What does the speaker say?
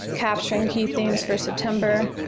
capturing key themes for september,